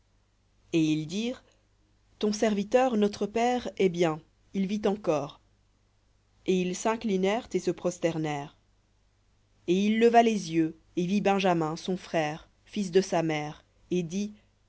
et ils dirent ton serviteur notre père est bien il vit encore et ils s'inclinèrent et se prosternèrent et il leva les yeux et vit benjamin son frère fils de sa mère et dit